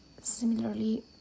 similarly